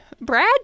Brad